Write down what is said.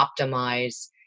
optimize